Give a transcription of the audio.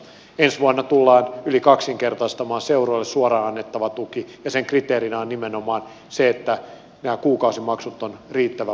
ensi vuonna tullaan yli kaksinkertaistamaan seuroille suoraan annettava tuki ja sen kriteerinä on nimenomaan se että nämä kuukausimaksut ovat riittävän matalat